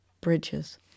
bridges